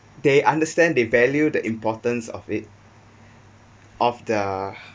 they understand the value the importance of it of the